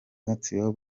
gatsibo